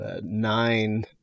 nine